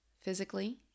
physically